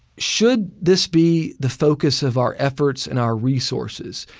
should this be the focus of our efforts and our resources?